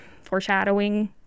foreshadowing